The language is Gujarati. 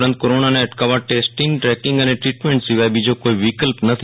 ઉપરાંત કોરોનાને અટકાવવા ટેસ્ટીંગ ટ્રેકીંગ અને દ્રીટમેન્ટ સિવાય બીજો કોઈ વિકલ્પ નથી